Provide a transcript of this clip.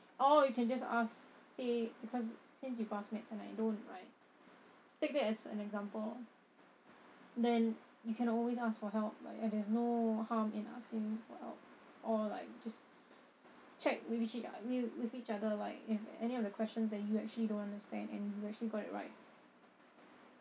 or you can just ask say because since you passed maths and I don't right take that as an example lor then you can always ask for help like there's no harm in asking for help or like just check wi~ with each other like if any of the questions that you actually don't understand and you actually got it right